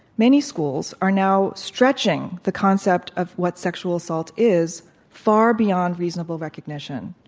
many schools are now stretching the concept of what sexual assault is far beyond reasonable recognition.